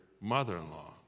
mother-in-law